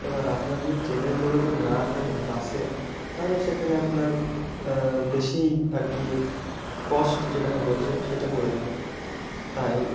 এবার আপনার যদি ট্রেনের যোগাযোগ না থাকে বাসে তাহলে সেখানে আপনার বেশি আর কি কস্ট যেটাকে বলছে সেটা পড়ে যাবে তাই